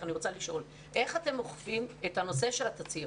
אני לא יודעת איך הם מעריכים את הנלווים,